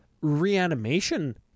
reanimation